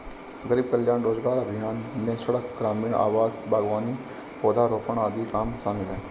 गरीब कल्याण रोजगार अभियान में सड़क, ग्रामीण आवास, बागवानी, पौधारोपण आदि काम शामिल है